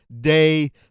day